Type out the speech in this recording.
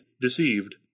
deceived